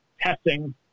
testing